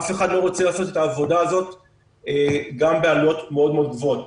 אף אחד לא רוצה לעשות את העבודה הזאת גם בעלויות מאוד מאוד גבוהות.